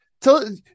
tell